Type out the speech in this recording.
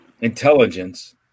intelligence